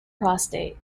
prostate